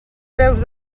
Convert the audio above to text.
peus